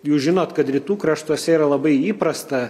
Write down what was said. jūs žinot kad rytų kraštuose yra labai įprasta